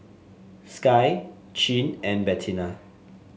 Skye Chin and Bettina